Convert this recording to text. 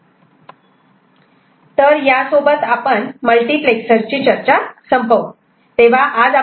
तर यासोबत आपण मल्टिप्लेक्सरची चर्चा संपवू